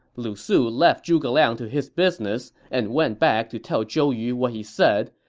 lu su left zhuge liang to his business and went back to tell zhou yu what he said,